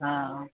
हाँ